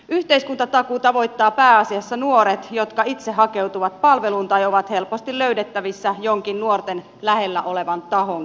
yhteiskuntatakuu tavoittaa pääasiassa nuoret jotka itse hakeutuvat palveluun tai ovat helposti löydettävissä jonkin nuorten lähellä olevan tahon kautta